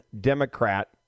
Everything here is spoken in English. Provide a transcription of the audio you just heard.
Democrat